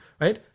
right